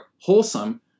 wholesome